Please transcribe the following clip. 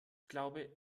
glaube